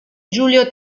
giulio